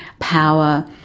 power,